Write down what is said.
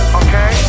okay